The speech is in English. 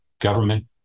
government